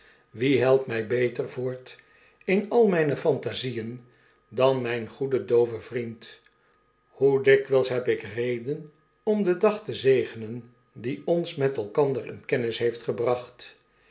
wie helpt my beter voort in al mijne pnantasieen dan mijn goede doove vriend hoe dikwyls heb ik reden om den dag te zegenen die ons met elkander in kennis heeft gebracht